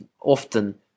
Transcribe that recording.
often